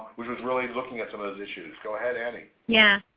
which was really looking at some of those issues. go ahead, annie. yeah.